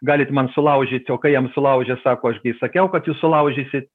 galit man sulaužyti o kai jam sulaužė sako aš gi sakiau kad jūs sulaužysit